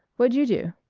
what'd you do?